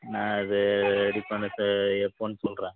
நான் அது ரெடி பண்ணிவிட்டு எப்போன்னு சொல்கிறேன்